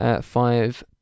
five